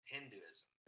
Hinduism